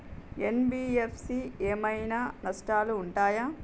NBFC ఏమైనా నష్టాలు ఉంటయా?